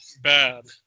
bad